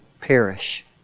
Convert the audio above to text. perish